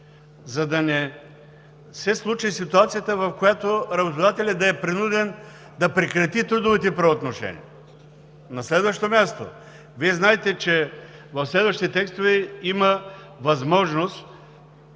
за да не се случи ситуацията, в която работодателят да е принуден да прекрати трудовите правоотношения. На следващо място, Вие знаете, че в следващи текстове има възможност